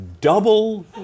double